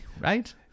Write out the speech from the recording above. right